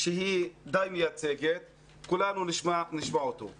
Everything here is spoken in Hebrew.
שהם הראשונים שהפסיקו לעבוד והם האחרונים שחוזרים זה